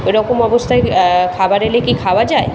এরকম অবস্থায় খাবার এলে কি খাওয়া যায়